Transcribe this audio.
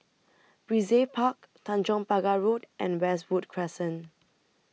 Brizay Park Tanjong Pagar Road and Westwood Crescent